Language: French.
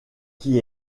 qui